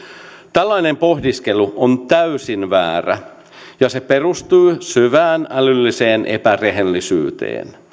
tällainen pohdiskelu on täysin väärää ja se perustuu syvään älylliseen epärehellisyyteen